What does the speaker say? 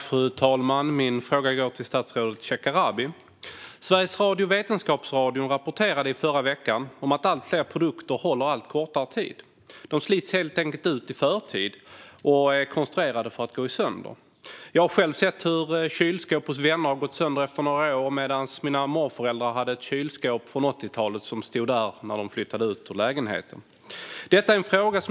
Fru talman! Min fråga går till statsrådet Shekarabi. Sveriges Radios Vetenskapsradion rapporterade i förra veckan att allt fler produkter håller allt kortare tid. De är helt enkelt konstruerade för att slitas ut i förtid och gå sönder. Vänners kylskåp har gått sönder efter några år medan mina morföräldrars kylskåp från 80-talet stod kvar när de flyttade ut ur lägenheten.